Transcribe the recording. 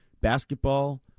basketball